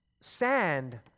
sand